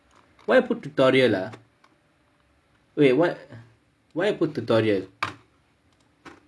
why put tutorial ah eh why put tutorial